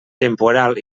temporal